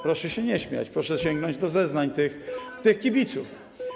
Proszę się nie śmiać, proszę sięgnąć do zeznań tych kibiców.